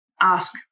ask